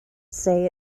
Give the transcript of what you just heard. say